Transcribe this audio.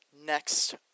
next